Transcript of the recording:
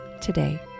today